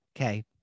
Okay